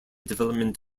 development